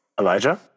elijah